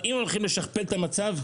אם הולכים לשכפל את המצב,